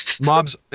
Mobs